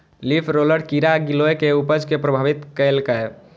leaf roller कीड़ा गिलोय के उपज कें प्रभावित केलकैए